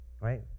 Right